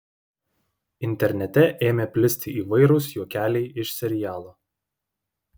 internete ėmė plisti įvairūs juokeliai iš serialo